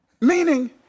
Meaning